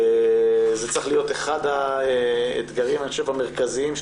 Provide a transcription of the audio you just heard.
זה צריך להיות אחד האתגרים המרכזיים של